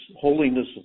holiness